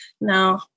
no